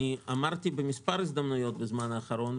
אמרתי במספר הזדמנויות בזמן האחרון,